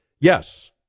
Yes